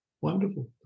Wonderful